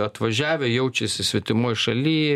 atvažiavę jaučiasi svetimoj šaly